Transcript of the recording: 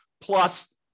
plus